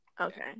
Okay